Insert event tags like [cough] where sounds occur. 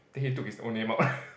then he took his own name out [laughs]